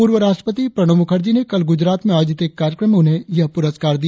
पूर्व राष्ट्रपति प्रणव मुखार्जी ने कल गुजरात में आयोजित एक कार्यक्रम में उन्हे पुरस्कार दिया